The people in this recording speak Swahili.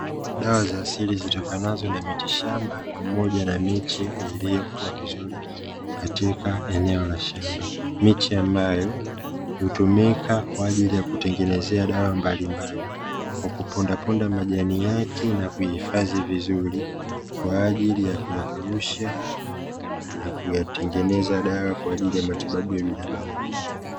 Dawa za asili zitokanazo na mitishamba pamoja na miche iliyokua vizuri katika eneo la shamba, miche ambayo hutumika kwaajili ya kutengenezea dawa mbalimbali kwa kupondaponda majani yake na kuhifadhi vizuri kwaajili ya kuyakausha na kuyatengeneza dawa kwaajili ya matibabu ya binadamu.